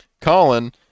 colin